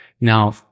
Now